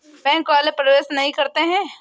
Bank वाले प्रवेश नहीं करते हैं?